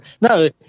No